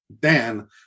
Dan